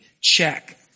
check